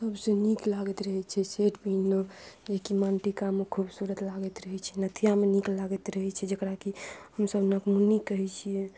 सब सऽ नीक लागैत रहै छै सेट पहिरलहुॅं जेकि मानटिकामे खूबसूरत लागैत रहै छै नथियामे नीक लागैत रहै छै जेकरा कि हमसब नकमुनी कहै छियै